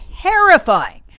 terrifying